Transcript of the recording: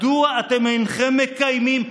מדוע אתם אינכם מקיימים,